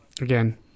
again